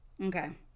Okay